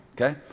okay